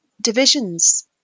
divisions